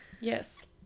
yes